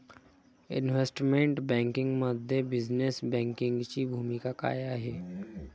Investment बँकिंगमध्ये business बँकिंगची भूमिका काय आहे?